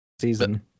season